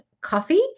Coffee